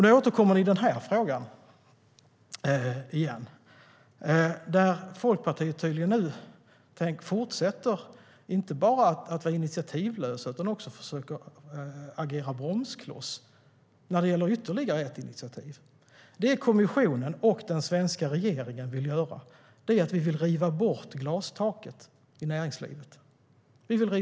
Nu återkommer ni i den här frågan, där Folkpartiet nu tydligen inte bara tänker fortsätta att vara initiativlösa utan också försöker agera bromskloss när det gäller ytterligare ett initiativ. Det kommissionen och den svenska regeringen vill göra är att riva bort glastaket i näringslivet.